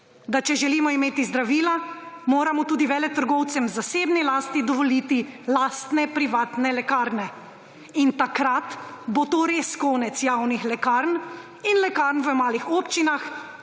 da če želimo imeti zdravila, moramo tudi veletrgovcem v zasebni lasti dovoliti lastne privatne lekarne. In takrat bo to res konec javnih lekarn in lekarn v malih občinah,